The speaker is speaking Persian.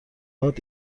هات